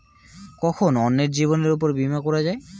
কখন অন্যের জীবনের উপর বীমা করা যায়?